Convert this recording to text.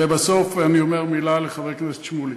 ובסוף אני אומר מילה לחבר הכנסת שמולי: